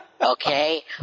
Okay